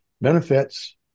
benefits